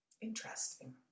interesting